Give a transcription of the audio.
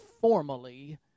formally